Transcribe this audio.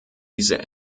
diese